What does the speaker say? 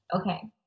okay